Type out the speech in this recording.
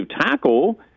tackle